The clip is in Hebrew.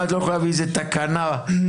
את לא יכולה להעביר איזה תקנה בממשלה?